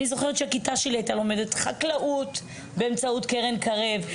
אני זוכרת שהכיתה שלי הייתה לומדת חקלאות באמצעות קרן קרב,